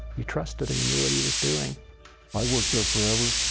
we trusted he knew what he was doing i worked there forever,